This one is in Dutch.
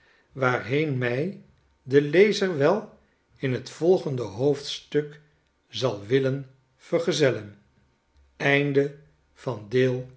waarheen mij de lezer welin t volgendehoofdstuk zal willen vergezellen